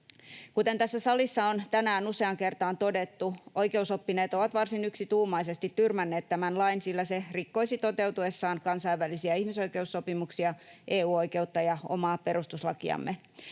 Kuten tässä salissa on tänään useaan kertaan todettu, oikeusoppineet ovat varsin yksituumaisesti tyrmänneet tämän lain, sillä se rikkoisi toteutuessaan kansainvälisiä ihmisoikeussopimuksia, EU-oikeutta ja omaa perustuslakiamme.